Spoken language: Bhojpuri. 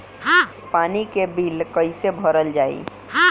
पानी के बिल कैसे भरल जाइ?